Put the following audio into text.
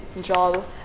job